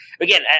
Again